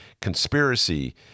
conspiracy